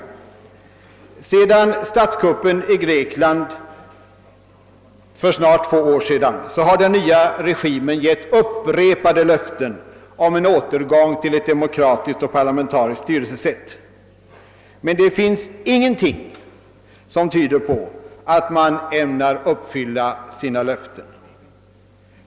Alltsedan statskuppen i Grekland genomfördes för snart två år sedan har den nya regimen givit upprepade löften om en återgång till ett demokratiskt och parlamentariskt styrelsesätt, men ingenting tyder på att man ämnar uppfylla de löftena.